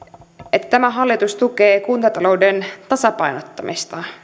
että tämä hallitus tukee kuntatalouden tasapainottamista